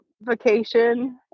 vacation